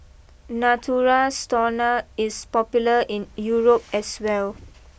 Natura Stoma is popular in Europe as well